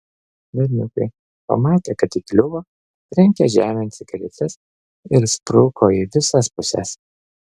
berniukai pamatę kad įkliuvo trenkė žemėn cigaretes ir spruko į visas puses